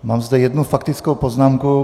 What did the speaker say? Mám zde jednu faktickou poznámku.